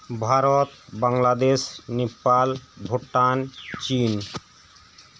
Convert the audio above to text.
ᱵᱷᱟᱨᱚᱛ ᱵᱟᱝᱞᱟᱫᱮᱥ ᱱᱮᱯᱟᱞ ᱵᱷᱩᱴᱟᱱ ᱪᱤᱱ